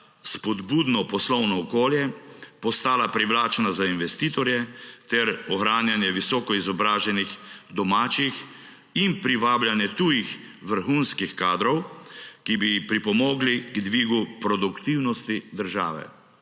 spodbudno poslovno okolje, postala privlačna za investitorje ter ohranjanje visoko izobraženih domačih in privabljanje tujih vrhunskih kadrov, ki bi pripomogli k dvigu produktivnosti države.